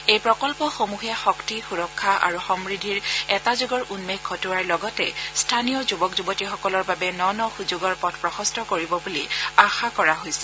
এই প্ৰকল্পসমূহে শক্তি সুৰক্ষা আৰু সমূদ্ধিৰ এটা যুগৰ উন্মেষ ঘটোৱাৰ লগতে স্থানীয় যুৱক য়ৱতীসকলৰ বাবে ন ন সুযোগৰ পথ প্ৰশস্ত কৰিব বুলি আশা কৰা হৈছে